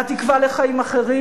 התקווה לחיים אחרים,